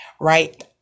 right